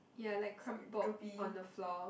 ya like crumpled on the floor